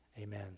amen